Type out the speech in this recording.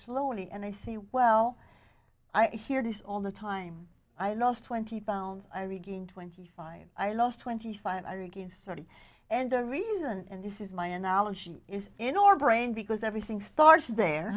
slowly and i say well i hear this all the time i lost twenty pounds i regained twenty five i lost twenty five thirty and the reason and this is my analogy is in your brain because everything starts there